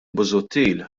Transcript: busuttil